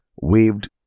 waved